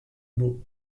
mot